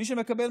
לסיים.